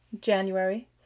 January